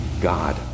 God